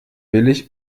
billig